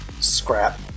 scrap